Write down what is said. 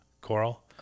Coral